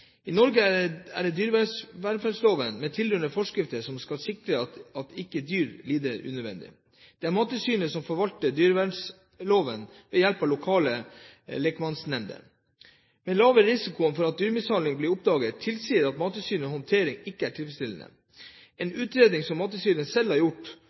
I Norge er det dyrevelferdsloven med tilhørende forskrifter som skal sikre at dyr ikke lider unødig. Det er Mattilsynet som forvalter dyrevelferdsloven, med hjelp fra lokale lekmannsnemnder. Den lave risikoen for at dyremishandling blir oppdaget, tilsier at Mattilsynets håndtering ikke er tilfredsstillende. En utredning som Mattilsynet selv har gjort